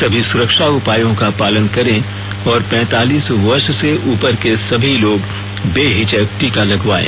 सभी सुरक्षा उपायों का पालन करें और पैंतालीस वर्ष से उपर के सभी लोग बेहिचक टीका लगवायें